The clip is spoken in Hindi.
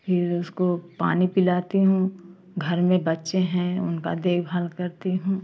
फिर उसको पानी पिलाती हूँ घर में बच्चे हैं उनका देखभाल करती हूँ